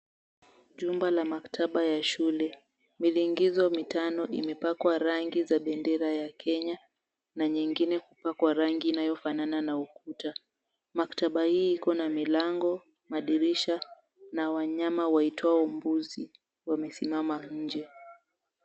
Jumba la maktaba ya shule, milingizo tano imepakwa rangi za bendera ya kenya na nyingine kupakwa rangi inayokaa rangi ya ukuta. Maktaba hii iko na milango, madirisha na wanyama waitwao mbuzi wamesimama nje.